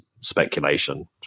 speculation